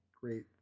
great